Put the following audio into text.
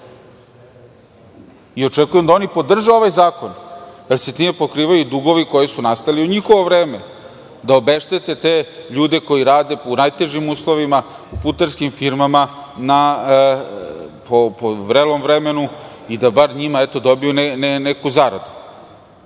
Očekujem da oni podrže ovaj zakon, jer se time pokrivaju dugovi koji su nastali u njihovo vreme, da obeštete te ljude koji rade u najtežim uslovima, u putarskim firmama, po vrelom vremenu i da bar oni dobiju neku zaradu.